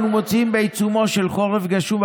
אנו מצויים בעיצומו של חורף גשום,